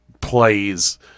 plays